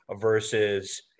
versus